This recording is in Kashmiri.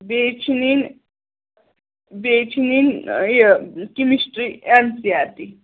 بیٚیہِ چھِ نِنۍ بیٚیہِ چھِ نِنۍ یہِ chemistry N C R T